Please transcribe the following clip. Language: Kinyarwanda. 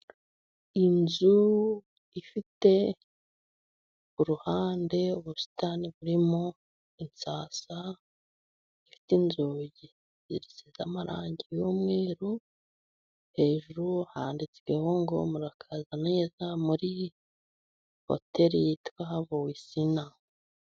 Inzu ifite iruhande ubusitani burimo insasa, ifite inzugi zisize amarangi y'umweru, hejuru handitseho ngo " Murakazana neza muri Hoteli yitwa Havowisina".